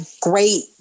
great